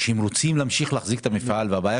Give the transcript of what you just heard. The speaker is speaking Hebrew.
שלהם להמשיך ולהחזיק את המפעל,